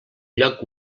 lloc